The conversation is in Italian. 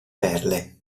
perle